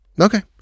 okay